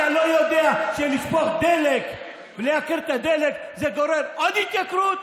אתה לא יודע שלשפוך דלק ולייקר את הדלק זה גורר עוד התייקרות?